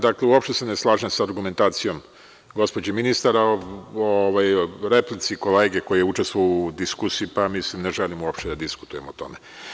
Dakle, uopšte se ne slažem sa argumentacijom gospođe ministar, a o replici kolege koji je učestvovao u diskusiji, ne želim uopšte da diskutujem o tome.